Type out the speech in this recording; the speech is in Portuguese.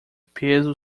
peso